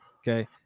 Okay